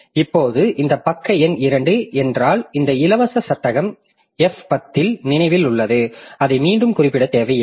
இப்போது இந்த பக்க எண் இரண்டு என்றால் இந்த இலவச சட்டகம் f10 இல் நினைவில் உள்ளது அதை மீண்டும் குறிப்பிட தேவையில்லை